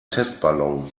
testballon